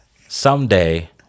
someday